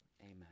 Amen